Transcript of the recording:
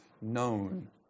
known